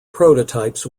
prototypes